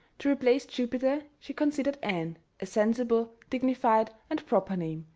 to replace jupiter she considered ann a sensible, dignified, and proper name,